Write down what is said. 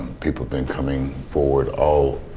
people been coming forward, all